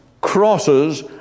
crosses